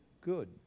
good